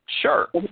Sure